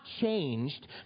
changed